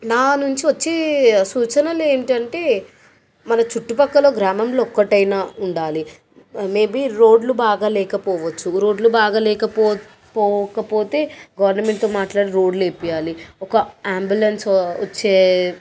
నా నుంచి వచ్చే సూచనలేంటంటే మన చుట్టుపక్కల గ్రామంలో ఒక్కటైన ఉండాలి మేబీ రోడ్లు బాగా లేకపోవచ్చు రోడ్లు బాగా లేకపో పోకపోతే గవర్నమెంట్తో మాట్లాడి రోడ్లు వేపియాలి ఒక ఆంబులెన్సు వచ్చే